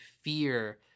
fear